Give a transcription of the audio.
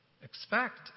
Expect